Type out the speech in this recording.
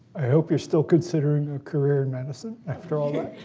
i hope you're still considering a career in medicine after all.